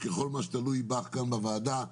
בכל מה שתלוי בך כאן בוועדה,